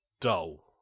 dull